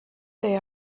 they